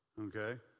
Okay